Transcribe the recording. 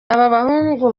ababahungu